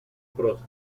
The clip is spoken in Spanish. prosa